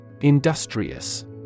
Industrious